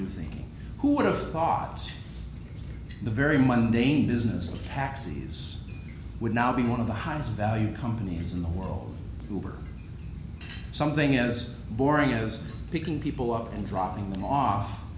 thinking who would've thought the very mundine disney taxis would now be one of the highest value companies in the world who were something as boring as picking people up and dropping them off